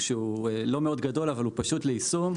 שהוא לא מאוד גדול אבל הוא פשוט ליישום.